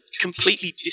completely